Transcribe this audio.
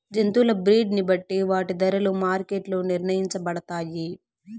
జంతువుల బ్రీడ్ ని బట్టి వాటి ధరలు మార్కెట్ లో నిర్ణయించబడతాయి